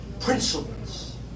principles